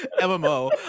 MMO